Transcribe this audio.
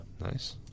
Nice